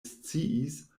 sciis